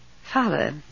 Father